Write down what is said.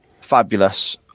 fabulous